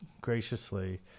graciously